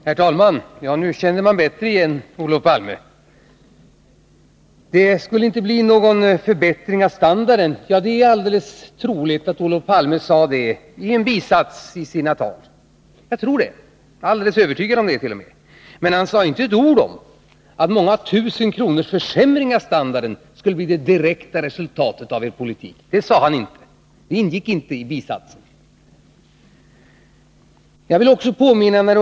Herr talman! Nu känner man bättre igen Olof Palme. Det skulle inte bli någon förbättring av standarden, påstod han att han hade sagt under valrörelsen. Ja, det är troligt att han sade det i en bisats i sina tal. Jag är t.o.m. alldeles övertygad om att han gjorde det. Men han sade inte ett ord om att många tusen kronors försämring av standarden skulle bli det direkta resultatet av den politiken. Det ingick inte i bisatsen.